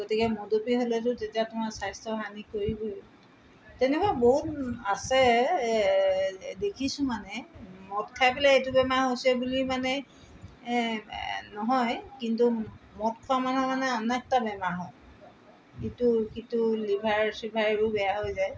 গতিকে মদপি হ'লেতো তেতিয়া তোমাৰ স্বাস্থ্য হানি কৰিবই তেনেকুৱা বহুত আছে দেখিছোঁ মানে মদ খাই পেলাই এইটো বেমাৰ হৈছে বুলি মানে নহয় কিন্তু মদ খোৱা মানুহৰ মানে অনেকটা বেমাৰ হয় ইটো সিটো লিভাৰ চিভাৰো বেয়া হৈ যায়